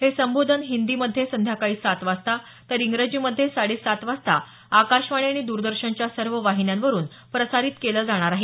हे संबोधन हिंदी मध्ये संध्याकाळी सात वाजता तर इंग्रजीमध्ये साडे सात वाजता आकाशवाणी आणि द्रदर्शनच्या सर्व वाहिन्यांवरुन प्रसारित केलं जाणार आहे